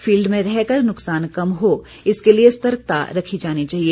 field में रहकर नुक्सान कम हो इसके लिए सतर्कता रखी जानी चाहिए